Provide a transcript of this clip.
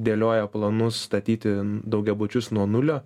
dėlioja planus statyti daugiabučius nuo nulio